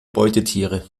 beutetiere